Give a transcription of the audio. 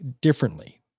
differently